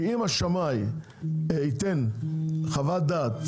כי אם השמאי ייתן חוות דעת,